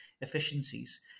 efficiencies